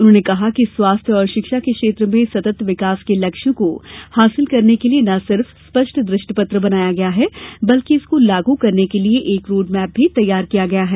उन्होंने कहा कि स्वास्थ्य और शिक्षा के क्षेत्र में सतत विकास के लक्ष्यों को हासिल करने के लिये न सिर्फ स्पष्ट दृष्टिपत्र बनाया गया है बल्कि इसको लागू करने के लिये एक रोडमैप भी तैयार किया गया है